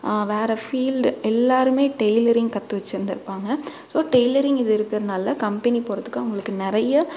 வேறு ஃபீல்டு எல்லாருமே டெய்லரிங் கற்று வச்சுருந்துருப்பாங்க ஸோ டெய்லரிங் இது இருக்குறதுனால கம்பெனி போகறதுக்கு அவங்களுக்கு நிறைய